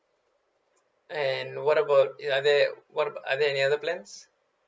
and what about are there what are there any other plans